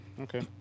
Okay